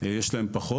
אז היום יש שם פחות.